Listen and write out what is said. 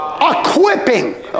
equipping